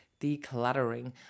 decluttering